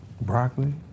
broccoli